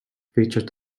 featured